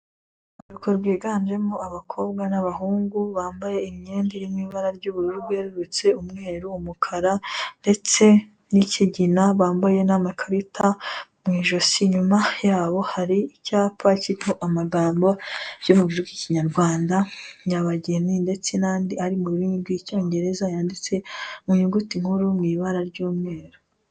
Urubyiruko rwiganjemo abakobwa n'abahungu bambaye imyenda iri mu ibara ry'ubururu bwererutse, umweru, umukara ndetse n'ikigina bambaye n'amakarita mu ijosi, inyuma yabo hari icyapa kiriho amagambo ari mu rurimi rw'Ikinyarwanda nyabageni, ndetse n'andi ari mu rurimi rw'Icyongereza yanditse mu nyuguti nkuru mu ibara ry'umweru.